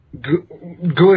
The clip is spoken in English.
good